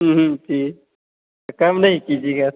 जी कम नहीं कीजिएगा